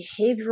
behavioral